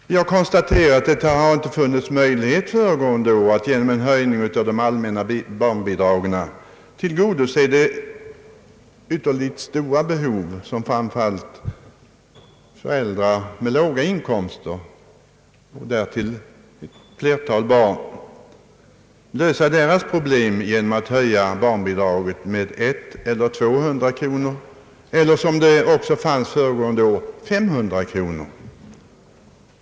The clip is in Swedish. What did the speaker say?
Vi har ju konstaterat under föregående år att det inte funnits möjlighet att tillgodose de ytterligt stora behoven för framför allt föräldrar med låga inkomster och många barn genom en höjning av det allmänna barnbidraget med 100 eller 200 kronor — eller 500 kronor, vilket också föreslagits.